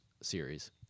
series